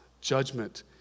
judgment